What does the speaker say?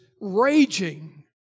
raging